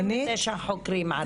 39 חוקרים ערביים.